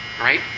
right